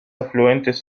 afluentes